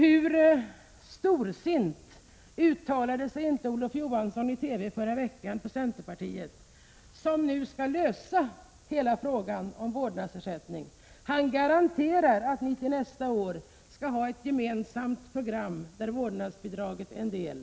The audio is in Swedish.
Hur storsint uttalade sig inte Olof Johansson i TV förra veckan. Nu skulle hela frågan om vårdnadsersättningen lösas. Han garanterade att ni till nästa år skulle ha ett gemensamt program, i vilket vårdnadsbidraget ingår som en del.